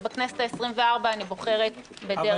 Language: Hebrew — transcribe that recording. ובכנסת העשרים-וארבע אני בוחרת בדרך אחרת.